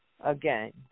again